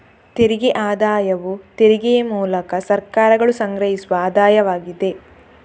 ತೆರಿಗೆ ಆದಾಯವು ತೆರಿಗೆಯ ಮೂಲಕ ಸರ್ಕಾರಗಳು ಸಂಗ್ರಹಿಸುವ ಆದಾಯವಾಗಿದೆ